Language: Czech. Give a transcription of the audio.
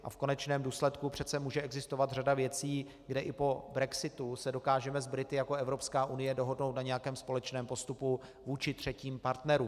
A v konečném důsledku přece může existovat řada věcí, kde i po brexitu se dokážeme s Brity jako Evropská unie dohodnout na nějakém společném postupu vůči třetím partnerům.